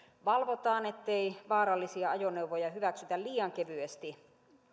valvotaan ettei vaarallisia ajoneuvoja hyväksytä liian kevyesti